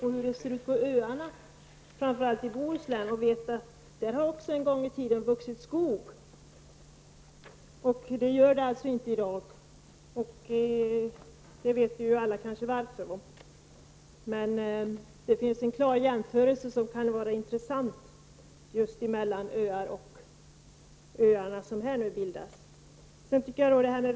På öarna i Bohuslän har det också en gång i tiden vuxit skog. Det gör det inte i dag, och vi vet kanske alla varför. Det är en intressant jämförelse mellan de öarna och de ''öar'' som nu bildas i skogsbygderna.